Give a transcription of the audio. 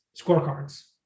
scorecards